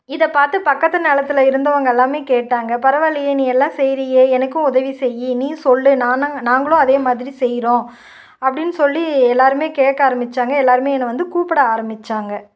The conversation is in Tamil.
இதை பார்த்து பக்கத்து நிலத்துல இருந்தவங்க எல்லாமே கேட்டாங்க பரவாயில்லையே நீ எல்லாம் செய்கிறியே எனக்கும் உதவி செய் நீ சொல்லு நானா நாங்களும் அதே மாதிரி செய்கிறோம் அப்படின் சொல்லி எல்லோருமே கேட்க ஆரம்மிச்சாங்க எல்லோருமே என்னை வந்து கூப்பிட ஆரம்மிச்சாங்க